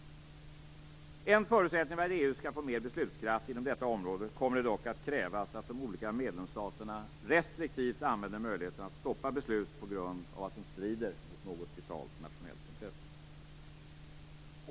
Som en förutsättning för att EU skall få mer beslutskraft inom detta område kommer det dock att krävas att de olika medlemsstaterna restriktivt använder möjligheten att stoppa beslut på grund av att de strider mot något vitalt nationellt intresse.